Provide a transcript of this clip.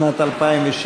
משרד החינוך,